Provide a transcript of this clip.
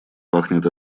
пахнет